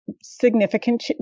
significant